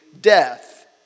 death